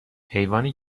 حیوانی